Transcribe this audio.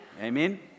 Amen